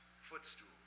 footstool